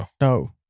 No